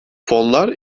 fonlar